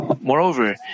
moreover